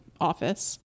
office